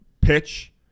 pitch